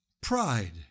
Pride